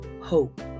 hope